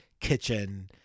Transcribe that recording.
kitchen